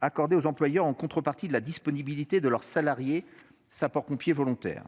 accordées aux employeurs en contrepartie de la disponibilité de leurs salariés sapeur-pompier volontaire.